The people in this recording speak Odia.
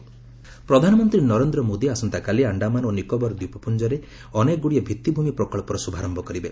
ପିଏମ୍ ଆଣ୍ଡାମାନ ନିକୋବର ପ୍ରଧାନମନ୍ତ୍ରୀ ନରେନ୍ଦ୍ର ମୋଦି ଆସନ୍ତାକାଲି ଆଣ୍ଡାମାନ ଓ ନିକୋବର ଦ୍ୱୀପପୁଞ୍ଜରେ ଅନେକଗୁଡ଼ିଏ ଭିଭିଭୂମି ପ୍ରକଳ୍ପର ଶୁଭାରମ୍ଭ କରିବେ